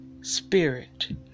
spirit